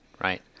right